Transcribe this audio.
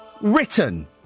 written